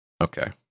Okay